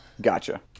Gotcha